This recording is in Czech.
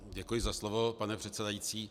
Děkuji za slovo, pane předsedající.